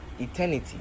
eternity